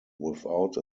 without